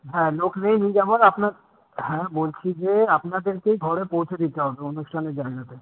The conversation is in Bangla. হ্যাঁ লোক নেই যেমন আপনার হ্যাঁ বলছি যে আপনাদেরকেই ঘরে পৌঁছে দিতে হবে অনুষ্ঠানের জায়গাতে